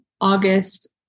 August